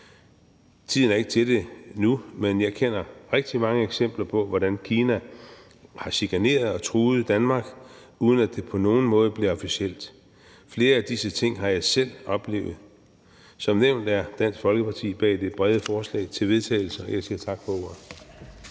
Tiden er ikke til det nu, men jeg kender rigtig mange eksempler på, hvordan Kina har chikaneret og truet Danmark, uden at det på nogen måde blev officielt. Flere af disse ting har jeg selv oplevet. Som nævnt står Dansk Folkeparti bag det brede forslag til vedtagelse, og jeg siger tak for ordet.